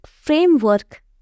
framework